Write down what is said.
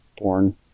born